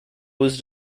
was